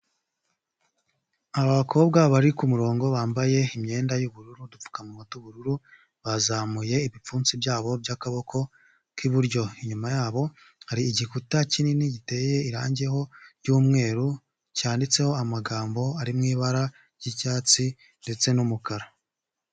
Aba bakobwa bari kumurongo bambaye imyenda y'ubururu dupfukamunwa tw'ubururu bazamuye ibipfunsi byabo by'akaboko k'iburyo, inyuma yabo hari igikuta kinini giteye irangiho ry'umweru cyanditseho amagambo ari mu ibara ry'icyatsi ndetse n'umukara.